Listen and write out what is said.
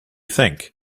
think